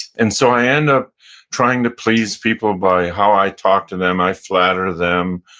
and so i end up trying to please people by how i talk to them. i flatter them.